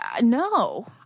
No